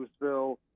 Louisville